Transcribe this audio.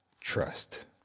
trust